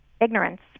ignorance